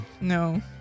No